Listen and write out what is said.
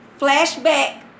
flashback